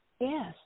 Yes